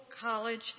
College